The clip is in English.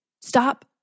Stop